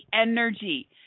energy